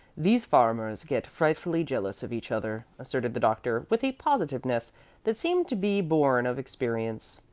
these farmers get frightfully jealous of each other, asserted the doctor, with a positiveness that seemed to be born of experience.